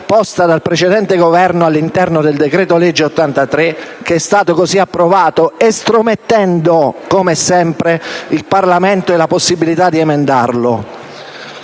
posta dal precedente Governo all'interno del decreto-legge n. 83 del 2012, che è stato così approvato, estromettendo, come sempre, il Parlamento dalla possibilità di emendarlo.